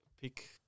pick